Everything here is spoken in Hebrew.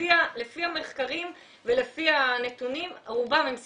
לפי המחקרים ולפי הנתונים, רובם הם סדרתיים.